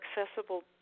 accessible